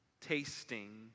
tasting